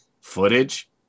footage